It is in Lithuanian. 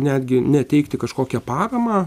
netgi ne teikti kažkokią paramą